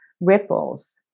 ripples